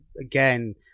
again